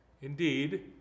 Indeed